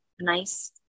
nice